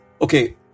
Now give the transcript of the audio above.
Okay